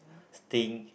think